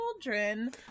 children